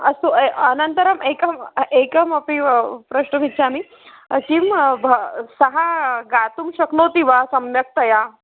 अस्तु एव अनन्तरम् एकम् एकमपि वा प्रष्टुमिच्छामि किं भो सः गातुं शक्नोति वा सम्यक्तया